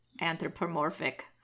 anthropomorphic